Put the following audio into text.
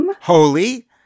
Holy